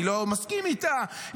אני לא מסכים איתה,